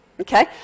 Okay